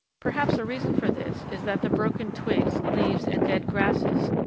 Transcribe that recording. perhaps a reason for this is that the broken twigs, leaves, and dead grasses,